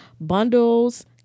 bundles